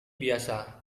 biasa